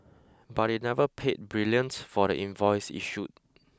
but it never paid brilliant for the invoice issued